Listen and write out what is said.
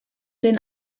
den